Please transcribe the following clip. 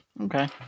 Okay